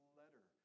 letter